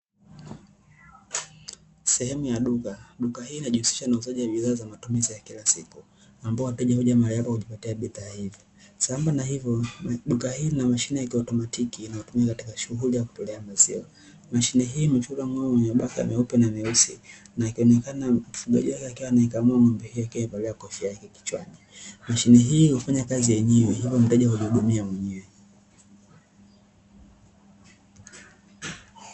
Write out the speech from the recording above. Sehemu ya duka, duka hili linajihusisha na uuzaji wa bidhaa za matumizi ya kila siku, ambao wateja huja huja mara nyingi kujipatia bidhaa hizi, sambamba na hivyo duka hili lina mashine ya Kiatomotela inayotumika katika shughuli ya kutolea maziwa; Mashine imechorwa ng'ombe mwenye mabaka meupe na meusi na akionekana mfugaji wake akiwa anaikamua ng'ombe hiyo akiwa amevalia kofia yake kichwani, mashine hii hufanya kazi ya juu hivyo mteja hujihudumia mwenyewe.